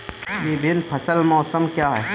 विभिन्न फसल मौसम क्या हैं?